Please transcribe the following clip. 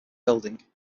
building